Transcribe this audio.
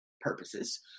purposes